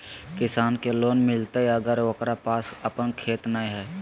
किसान के लोन मिलताय अगर ओकरा पास अपन खेत नय है?